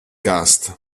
cast